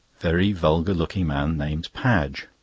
very vulgar-looking man named padge,